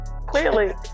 Clearly